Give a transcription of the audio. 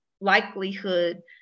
likelihood